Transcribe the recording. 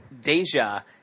Deja